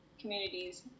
communities